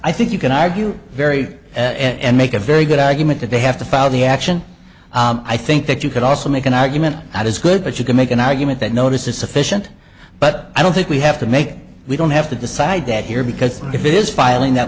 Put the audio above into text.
i think you can argue very and make a very good argument that they have to follow the action i think that you could also make an argument that is good but you can make an argument that notice is sufficient but i don't think we have to make we don't have to decide that here because if it is filing that